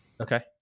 Okay